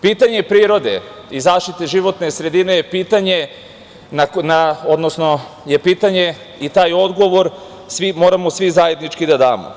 Pitanje prirode i zaštite životne sredine je pitanje i taj odgovor moramo svi zajednički da damo.